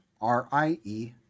r-i-e